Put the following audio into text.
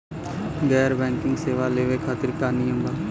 गैर बैंकिंग सेवा लेवे खातिर का नियम बा?